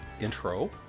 intro